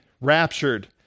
raptured